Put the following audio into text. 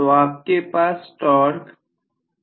तो आपके पास टॉर्क है